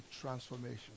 transformation